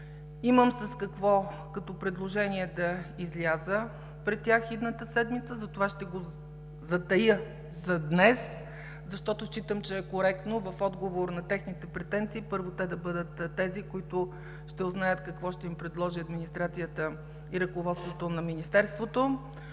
Имам с какво като предложение да изляза пред тях идната седмица. Затова ще го затая днес, защото считам, че е коректно в отговор на техните претенции, първо те да бъдат тези, които ще узнаят какво ще им предложи администрацията и ръководството на министерството.